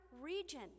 region